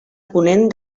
ponent